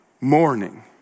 morning